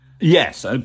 Yes